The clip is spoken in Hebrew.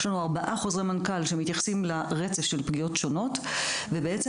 יש לנו ארבעה חוזרי מנכ"ל שמתייחסים לרצף של פגיעות שונות ובעצם